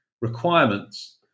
requirements